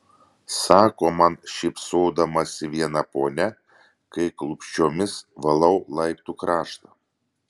sako man šypsodamasi viena ponia kai klupsčiomis valau laiptų kraštą